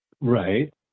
right